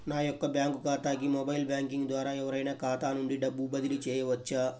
నా యొక్క బ్యాంక్ ఖాతాకి మొబైల్ బ్యాంకింగ్ ద్వారా ఎవరైనా ఖాతా నుండి డబ్బు బదిలీ చేయవచ్చా?